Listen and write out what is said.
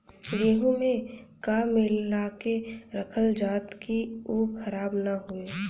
गेहूँ में का मिलाके रखल जाता कि उ खराब न हो?